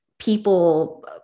people